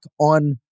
on